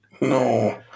No